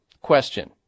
Question